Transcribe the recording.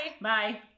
bye